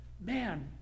man